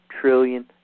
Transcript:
trillion